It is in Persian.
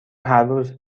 هرروز